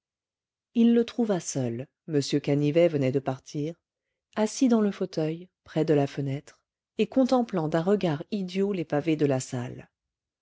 il le trouva seul m canivet venait de partir assis dans le fauteuil près de la fenêtre et contemplant d'un regard idiot les pavés de la salle